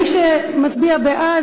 מי שמצביע בעד,